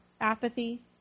apathy